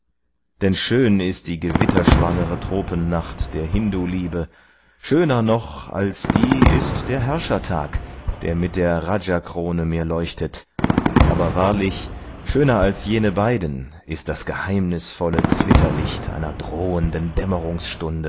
denn schön ist die gewitterschwangere tropennacht der hinduliebe schöner noch als die ist der herrschertag der mit der rajakrone mir leuchtet aber wahrlich schöner als jene beiden ist das geheimnisvolle zwitterlicht einer drohenden